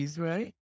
right